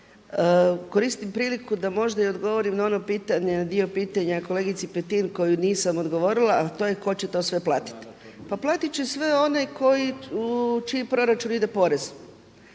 Koristim priliku da možda odgovorim na dio pitanja kolegici Petin koju nisam odgovorila, a to je tko će sve platiti. Pa platit će sve one koji u čiji proračun ide porez.